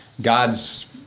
god's